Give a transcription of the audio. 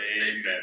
Amen